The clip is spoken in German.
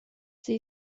sie